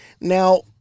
Now